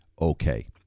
okay